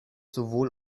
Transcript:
sowohl